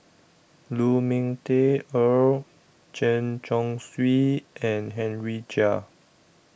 Lu Ming Teh Earl Chen Chong Swee and Henry Chia